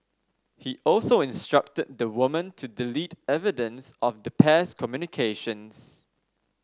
he also instructed the woman to delete evidence of the pair's communications